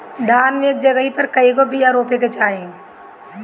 धान मे एक जगही पर कएगो बिया रोपे के चाही?